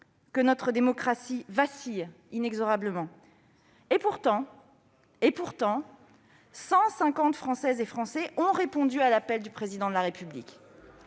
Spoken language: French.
que notre démocratie vacille inexorablement. Pourtant, 150 Françaises et Français ont répondu à l'appel du Président de la République.